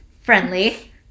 friendly